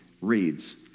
reads